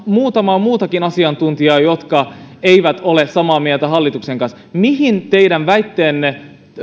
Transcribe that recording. muutama muukin asiantuntija jotka eivät ole samaa mieltä hallituksen kanssa mihin teidän väitteenne